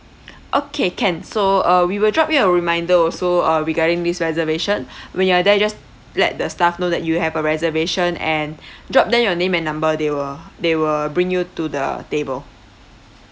okay can so uh we will drop you a reminder also uh regarding this reservation when you're there you just let the staff know that you have a reservation and drop them your name and number they will they will bring you to the table